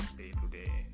day-to-day